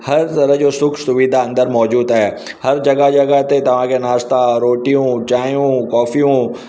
हर तरह जो सुखु सुविधा अंदरु मौजूदु आहे हर जॻह जॻह ते तव्हां खे नाश्ता रोटियूं चांहियूं कॉफ़ियूं